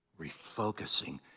refocusing